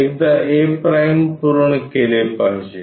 एकदा a' पूर्ण केले पाहिजे